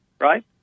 right